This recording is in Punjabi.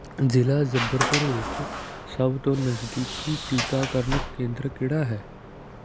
ਜ਼ਿਲ੍ਹਾ ਜਬਰਪੁਰ ਵਿੱਚ ਸਭ ਤੋਂ ਨਜ਼ਦੀਕੀ ਟੀਕਾਕਰਨ ਕੇਂਦਰ ਕਿਹੜਾ ਹੈ